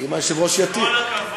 אם היושב-ראש יתיר.